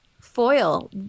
foil